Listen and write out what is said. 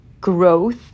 Growth